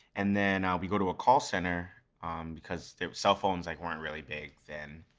and then ah we go to a call center um because cell phones like weren't really big then.